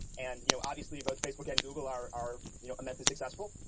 and you know obviously, both facebook and google are are you know immensely successful.